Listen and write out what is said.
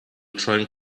trying